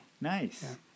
Nice